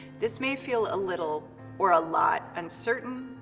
this may feel a little or a lot uncertain,